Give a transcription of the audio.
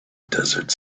desert